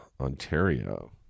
Ontario